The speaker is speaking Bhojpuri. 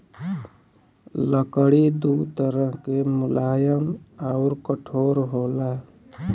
लकड़ी दू तरह के मुलायम आउर कठोर होला